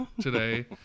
today